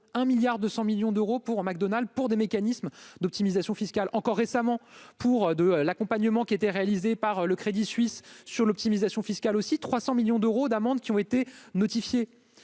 200 millions d'euros pour Mac Donald pour des mécanismes d'optimisation fiscale encore récemment pour de l'accompagnement qui était réalisée par le Crédit Suisse sur l'optimisation fiscale aussi 300 millions d'euros d'amende qui ont été notifiés,